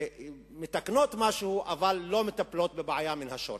מתקנות משהו אבל לא מטפלות בבעיה מן השורש.